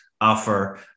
offer